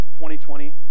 2020